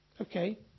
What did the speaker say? Okay